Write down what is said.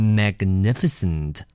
magnificent